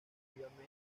activamente